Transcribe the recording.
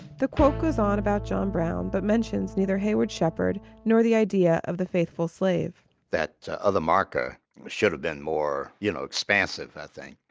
the quote was on about john brown but mentions neither hayward shepherd nor the idea of the faithful slave that other marker should have been more you know, expansive i think.